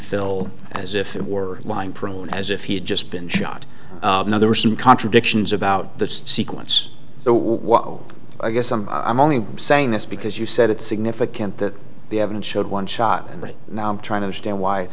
fill as if it were lying prone as if he had just been shot there were some contradictions about that sequence but what i guess i'm i'm only saying this because you said it's significant that the evidence showed one shot and right now i'm trying to understand why it's